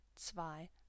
zwei